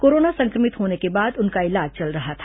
corona संक्रमित होने के बाद उनका इलाज चल रहा था